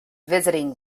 visiting